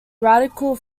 radical